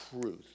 truth